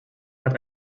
hat